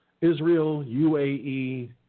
Israel-UAE